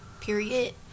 period